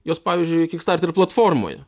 jos pavyzdžiui kikstarterio platformoje